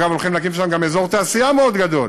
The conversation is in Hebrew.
אגב, הולכים להקים שם גם אזור תעשייה מאוד גדול,